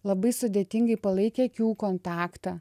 labai sudėtingai palaikė akių kontaktą